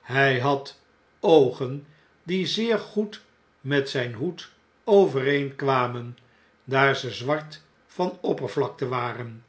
hij had oogen die zeer goed met zjjn hoed overeen kwamen daar ze zwart van oppervlakte waren